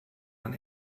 ein